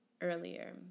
earlier